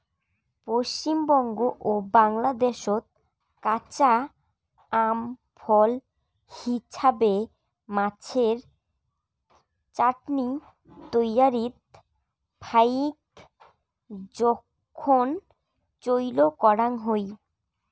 পশ্চিমবঙ্গ ও বাংলাদ্যাশত কাঁচা আম ফল হিছাবে, মাছের চাটনি তৈয়ারীত ফাইক জোখন চইল করাং হই